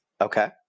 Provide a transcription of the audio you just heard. Okay